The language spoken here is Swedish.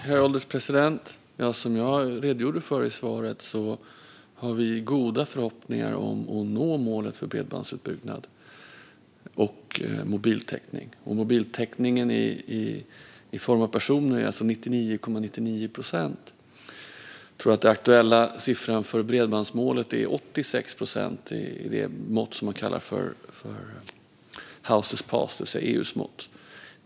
Herr ålderspresident! Som jag redogjorde för i svaret har vi goda förhoppningar om att nå målet för bredbandsutbyggnad och mobiltäckning. Mobiltäckningen för personer ligger alltså på 99,99 procent. Jag tror att den aktuella siffran för bredbandsmålet är 86 procent, enligt det mått som kallas homes passed, det vill säga EU:s mått.